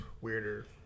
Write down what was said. weirder